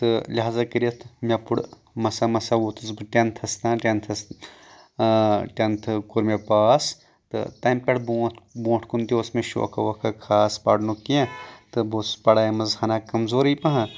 تہٕ لِہزا کٔرِتھ مےٚ پور مَسا مسا ووتُس بہٕ ٹیٚنٛتھس تام ٹینٛتھس ٹیٚنٛتھ کوٚر مےٚ پاس تہٕ تمہِ پٮ۪ٹھ بونٛتھ بونٛٹھ کُن تہِ اوس مےٚ شوقا ووقا خاص پَرنُک کیٚنٛہہ تہٕ بہٕ اوسُس پَڑایہِ منٛز ہنا کَمزورے پَہم